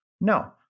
No